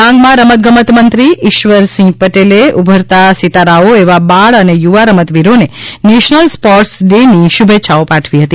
ડાંગમાં રમત ગમત મંત્રી ઈશ્વરસિંહ પટેલે ઉભરતા સિતારાઓ એવા બાળ અને યુવા રમતવીરોને નેશનલ સ્પોર્ટ્સ ડે ની શુભેચ્છાઓ પાઠવી હતી